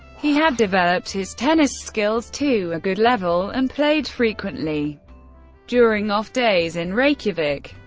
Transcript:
he had developed his tennis skills to a good level, and played frequently during off-days in reykjavik.